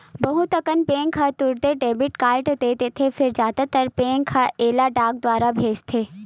बहुत कन बेंक ह तुरते डेबिट कारड दे देथे फेर जादातर बेंक ह एला डाक दुवार भेजथे